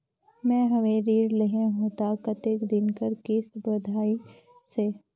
मैं हवे ऋण लेहे हों त कतेक दिन कर किस्त बंधाइस हे?